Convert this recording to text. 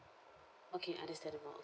okay understand it more